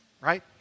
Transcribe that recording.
Right